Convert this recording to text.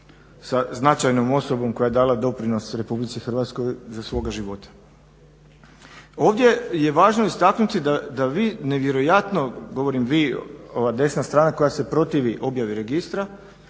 kao značajnom osobom koja je dala doprinos Republici Hrvatskoj za svoga života. Ovdje je važno istaknuti da vi nevjerojatno, govorim vi, ova desna strana koja se protivi objavi registra,